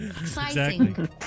Exciting